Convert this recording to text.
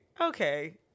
okay